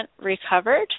recovered